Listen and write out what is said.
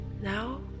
Now